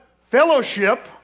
fellowship